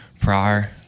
prior